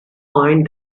find